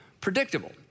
predictable